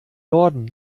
norden